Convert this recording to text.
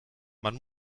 man